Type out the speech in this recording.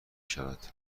شود